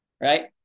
right